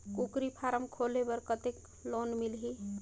कूकरी फारम खोले बर कतेक लोन मिलही?